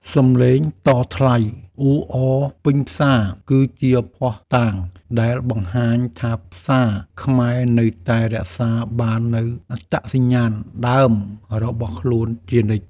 សម្លេងតថ្លៃអ៊ូអរពេញផ្សារ គឺជាភស្តុតាងដែលបង្ហាញថាផ្សារខ្មែរនៅតែរក្សាបាននូវអត្តសញ្ញាណដើមរបស់ខ្លួនជានិច្ច។